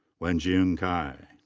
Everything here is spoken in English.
wenjing cai.